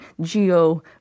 geo